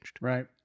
Right